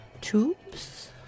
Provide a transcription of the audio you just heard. tubes